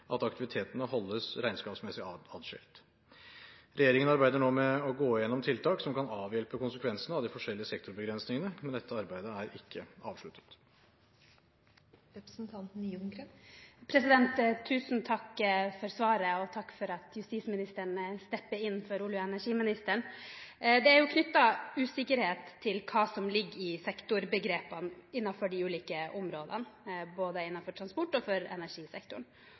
at aktivitetene holdes regnskapsmessig atskilt. Regjeringen arbeider nå med å gå igjennom tiltak som kan avhjelpe konsekvensene av de forskjellige sektorbegrensningene, men dette arbeidet er ikke avsluttet. Tusen takk for svaret, og takk for at justisministeren stepper inn for olje- og energiministeren. Det er knyttet usikkerhet til hva som ligger i sektorbegrepene innenfor de ulike områdene, innenfor både transportsektoren og energisektoren. På regjeringens nettsider kan man lese hvordan energisektoren